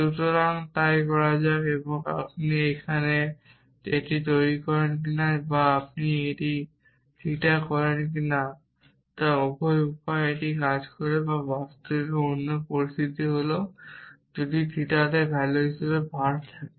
সুতরাং তাই করা যাক আপনি এখানে এটি করেন কিনা বা আপনি এই থিটা করেন কিনা উভয় উপায়েই এটি কাজ করে বাস্তবে অন্য পরিস্থিতি হল যদি থিটাতে ভ্যালু হিসাবে var থাকে